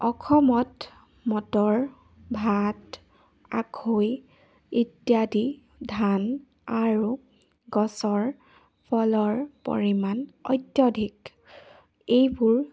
অসমত মটৰ ভাত আখৈ ইত্যাদি ধান আৰু গছৰ ফলৰ পৰিমাণ অত্যাধিক এইবোৰ